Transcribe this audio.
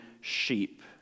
sheep